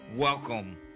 Welcome